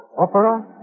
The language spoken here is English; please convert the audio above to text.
Opera